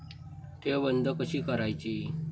ठेव बंद कशी करायची?